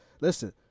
Listen